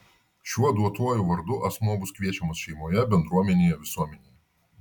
šiuo duotuoju vardu asmuo bus kviečiamas šeimoje bendruomenėje visuomenėje